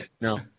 No